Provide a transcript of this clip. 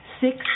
six